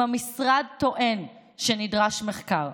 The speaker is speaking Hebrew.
אם המשרד טוען שנדרש מחקר,